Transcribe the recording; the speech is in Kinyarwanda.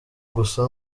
gusa